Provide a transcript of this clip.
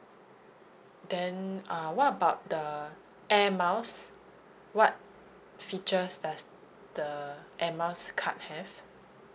then uh what about the air miles what features does the air miles card have